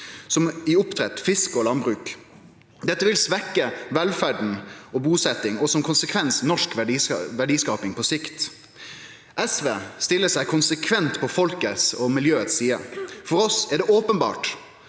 som er opptatt av fisk og landbruk. Dette vil svekkje velferda og busetjinga og som konsekvens norsk verdiskaping på sikt. SV stiller seg konsekvent på sida til folket og miljøet. For oss er det openbert: